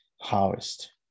harvest